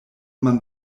man